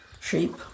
sheep